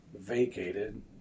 vacated